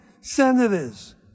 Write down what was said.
senators